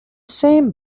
same